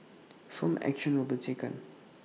firm action will be taken